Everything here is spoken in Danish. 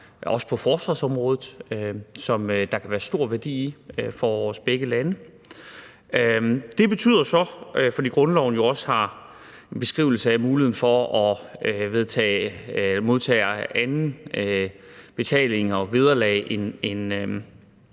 også på forsvarsområdet, som der kan være stor værdi i for begge vores lande. Det betyder så, fordi grundloven jo også har en beskrivelse af muligheden for at modtage anden betaling og vederlag end